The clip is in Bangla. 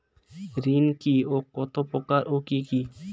ঋণ কি ও কত প্রকার ও কি কি?